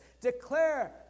declare